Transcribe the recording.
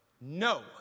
no